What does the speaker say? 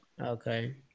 Okay